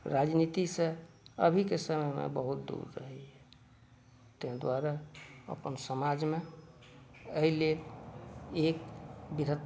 राजनीतिसँ अभीके समयमे बहुत दूर रहैया ताहि दुआरे अपन समाजमे एहि लेल बृहत